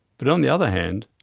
but on the other hand,